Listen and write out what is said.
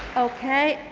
ok.